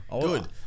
Good